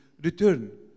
Return